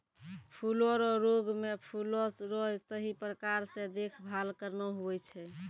फूलो रो रोग मे फूलो रो सही प्रकार से देखभाल करना हुवै छै